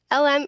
LM